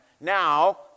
Now